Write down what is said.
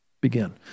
begin